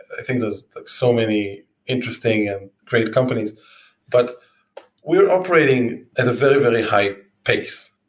i think there's so many interesting and great companies but we're operating at a very, very high pace,